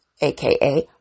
AKA